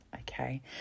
Okay